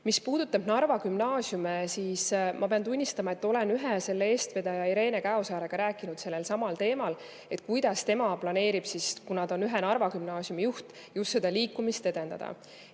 Mis puudutab Narva gümnaasiumi, siis ma pean tunnistama, et olen ühe selle eestvedaja Irene Käosaarega rääkinud sellelsamal teemal, mis on tema plaanid – ta on ühe Narva gümnaasiumi juht – just seda liikumist edendada.